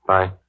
Bye